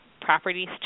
properties